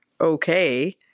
okay